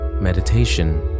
Meditation